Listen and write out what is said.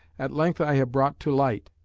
at length i have brought to light,